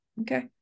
Okay